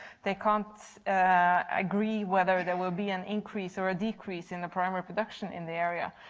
they cannot agree whether there will be an increase or ah decrease in the primary production in the area.